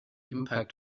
impact